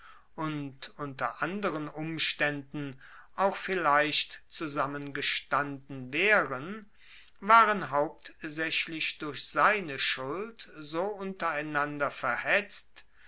und unter anderen umstaenden auch vielleicht zusammengestanden waeren waren hauptsaechlich durch seine schuld so untereinander verhetzt